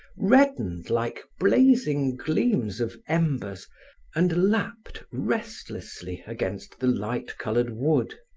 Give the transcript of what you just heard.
reddened like blazing gleams of embers and lapped restlessly against the light-colored wood.